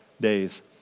Days